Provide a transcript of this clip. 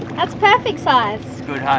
that's perfect size. good ah.